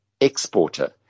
exporter